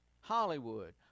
Hollywood